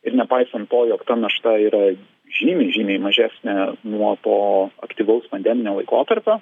ir nepaisant to jog ta našta yra žymiai žymiai mažesnė nuo to aktyvaus pandeminio laikotarpio